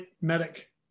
medic